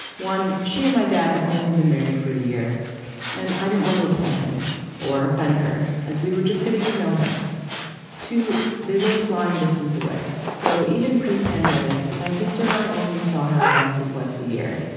one, she and my dad have only been married for a year and i didn't want to upset him or offend her as we were just getting to know her too. they live flying distance away, so even pre pandemic, my sister and i only saw her once or twice a year.